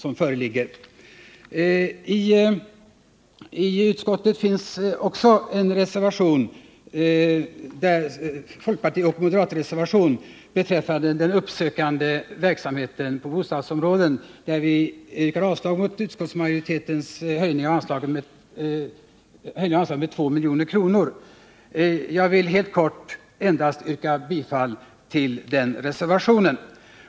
I utskottsbetänkandet finns också en folkpartioch moderatreservation beträffande den uppsökande verksamheten i bostadsområden, där vi yrkar avslag på utskottsmajoritetens förslag om en höjning av anslaget med 2 milj.kr. Jag vill helt kort endast yrka bifall till den reservationen.